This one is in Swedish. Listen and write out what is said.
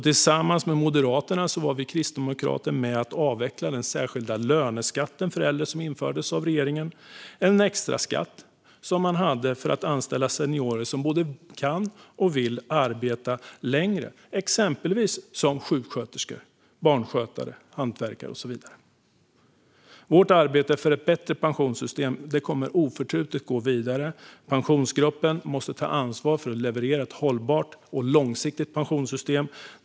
Tillsammans med Moderaterna avvecklade vi kristdemokrater den särskilda löneskatten för äldre, som infördes av regeringen. Det var en extraskatt som man hade för att anställa seniorer som både kan och vill arbeta längre, exempelvis som sjuksköterskor, barnskötare, hantverkare och så vidare. Vårt arbete för ett bättre pensionssystem kommer oförtrutet att gå vidare. Pensionsgruppen måste ta ansvar för att leverera ett hållbart och långsiktigt pensionssystem.